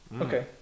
Okay